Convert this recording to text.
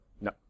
No